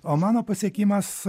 o mano pasiekimas